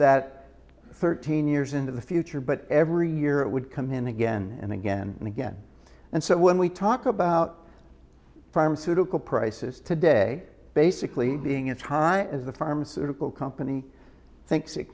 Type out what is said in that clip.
that thirteen years into the future but every year it would come in again and again and again and so when we talk about pharmaceutical prices today basically being it's high as the pharmaceutical company thinks it